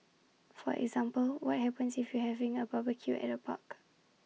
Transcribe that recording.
for example what happens if you're having A barbecue at A park